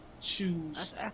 choose